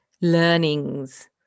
learnings